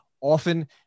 Often